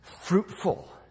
fruitful